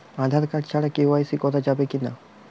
Aadhaar card ছাড়া KYC করা যাবে কি না?